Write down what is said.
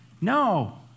No